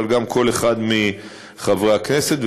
וגם כל אחד מחברי הכנסת.